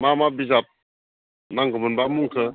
मा मा बिजाब नांगौमोनब्ला मुंखो